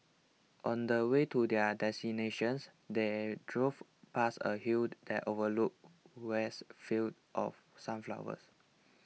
on the way to their destinations they drove past a hill that overlooked vast fields of sunflowers